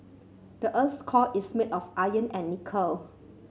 the earth's core is made of iron and nickel